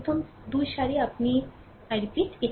প্রথম 2 সারি আপনি পুনরাবৃত্তি